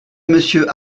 monsieur